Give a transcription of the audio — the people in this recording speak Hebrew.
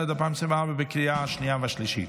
2024, התקבלה בקריאה שנייה ושלישית,